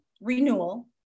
renewal